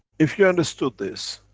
if you understood this,